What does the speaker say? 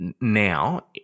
now